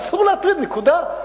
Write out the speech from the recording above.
אסור להטריד, נקודה.